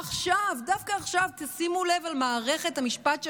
עכשיו, דווקא עכשיו, תשימו לב למערכת המשפט שלנו,